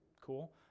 cool